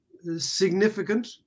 Significant